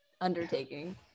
undertaking